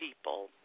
people